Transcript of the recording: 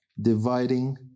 dividing